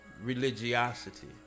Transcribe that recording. religiosity